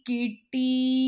Kitty